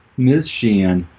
miss sheehan.